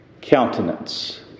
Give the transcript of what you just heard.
countenance